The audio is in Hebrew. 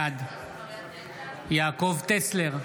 בעד יעקב טסלר,